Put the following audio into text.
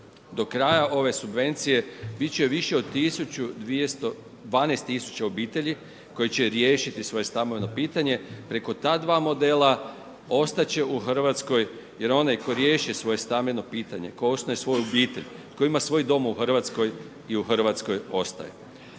Do kraja ove subvencije, biti će više od 12000 obitelji koji će riješiti svoje stambeno pitanje preko ta dva modela, ostati će u Hrvatskoj, jer onaj tko riješi svoje stambeno pitanje, tko osnuje svoju obitelji, koji ima svoj dom u Hrvatskoj i u Hrvatskoj ostaje.